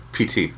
PT